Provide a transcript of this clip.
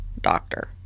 doctor